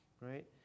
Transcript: right